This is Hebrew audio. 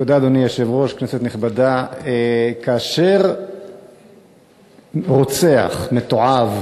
אדוני היושב-ראש, כנסת נכבדה, כאשר רוצח מתועב